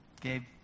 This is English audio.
gabe